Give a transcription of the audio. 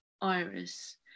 iris